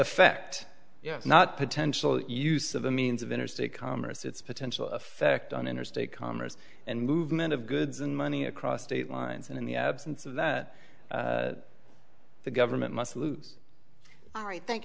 effect yes not potential use of the means of interstate commerce its potential effect on interstate commerce and movement of goods and money across state lines and in the absence of that the government must lose all right thank